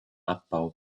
abbau